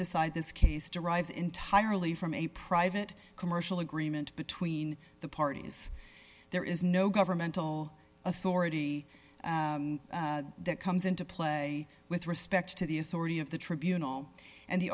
decide this case derives entirely from a private commercial agreement between the parties there is no governmental authority that comes into play with respect to the authority of the tribunal and the